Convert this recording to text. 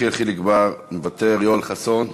יחיאל חיליק בר, מוותר, יואל חסון.